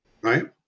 Right